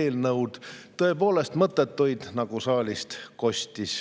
eelnõusid, tõepoolest mõttetuid, nagu saalist kostis.